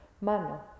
mano